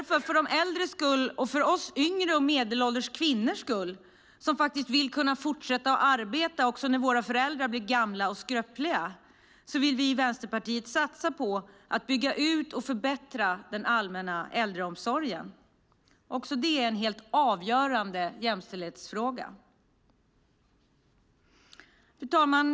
För de äldres skull och för oss yngre och medelålders kvinnors skull, som faktiskt vill kunna fortsätta arbeta också när våra föräldrar blir gamla och skröpliga, vill vi i Vänsterpartiet satsa på att bygga ut och förbättra den allmänna äldreomsorgen. Också det är en helt avgörande jämställdhetsfråga. Fru talman!